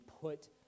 put